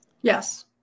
Yes